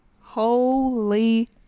Holy